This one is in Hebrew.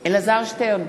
אלעזר שטרן,